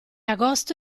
agosto